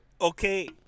okay